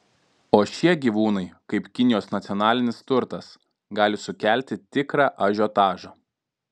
o šie gyvūnai kaip kinijos nacionalinis turtas gali sukelti tikrą ažiotažą